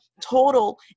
total